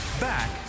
Back